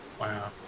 Wow